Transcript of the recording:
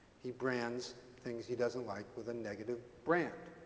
he brands things he doesn't like with a negative brand.